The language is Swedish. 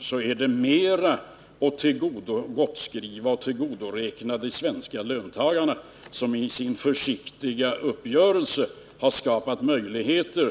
snarare att gottskriva och tillgodoräkna de svenska löntagarna, som i sin försiktiga uppgörelse skapat möjligheterna.